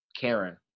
karen